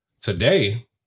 today